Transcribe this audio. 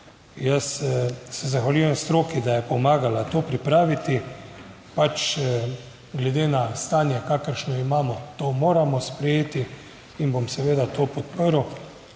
Jaz se zahvaljujem stroki, da je pomagala to pripraviti. Pač glede na stanje, kakršno imamo, to moramo sprejeti in bom seveda to podprl.